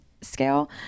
scale